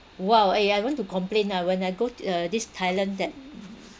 !wow! eh I want to complain ah when I go uh this thailand that